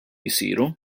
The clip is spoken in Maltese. jsiru